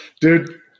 Dude